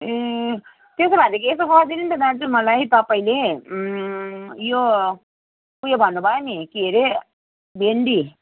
ए त्यसो भएदेखि यसो गरिदिनु नि त दाजु मलाई तपाईँले यो उयो भन्नुभएको नि के अरे भिन्डी